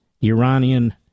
Iranian